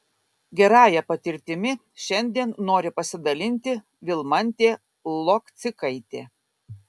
gerąja patirtimi šiandien nori pasidalinti vilmantė lokcikaitė